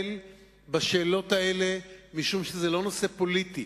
ישראל בשאלות האלה, משום שזה לא נושא פוליטי,